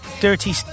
dirty